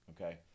okay